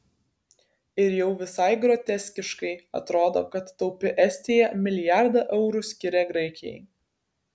ir jau visai groteskiškai atrodo kad taupi estija milijardą eurų skiria graikijai